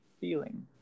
feeling